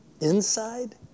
inside